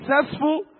successful